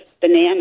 bananas